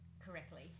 Correctly